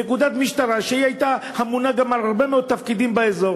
זו נקודת משטרה שהייתה אמונה גם על הרבה מאוד תפקידים באזור,